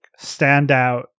standout